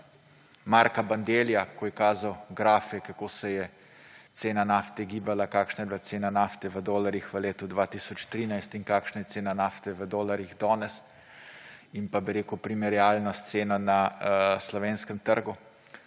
Marka Bandellija, ko je kazal grafe, kako se je cena nafte gibala, kakšna je bila cena nafte v dolarjih v letu 2013 in kakšna je cena nafte v dolarjih danes in pa primerjalno s ceno na slovenskem trgu.